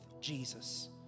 Jesus